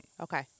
Okay